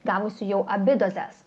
gavusių jau abi dozes